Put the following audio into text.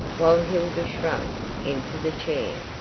while hilda shrank into the chair.